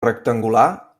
rectangular